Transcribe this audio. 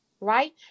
right